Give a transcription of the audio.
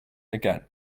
again